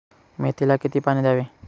मेथीला किती पाणी द्यावे?